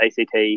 ACT